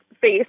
face